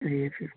जी ठीक है